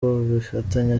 bafitanye